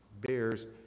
bears